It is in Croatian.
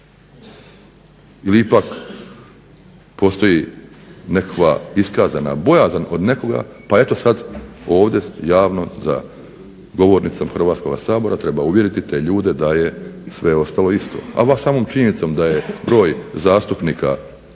Ili ipak postoji nekakva iskazana bojazan od nekoga pa eto sad ovdje javno za govornicom Hrvatskoga sabora treba uvjeriti te ljude da je sve ostalo isto. Ali vas samom činjenicom da je broj zastupnika, ajde